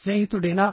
స్నేహితుడేనా